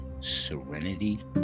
serenity